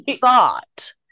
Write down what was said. Thought